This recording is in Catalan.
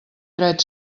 dret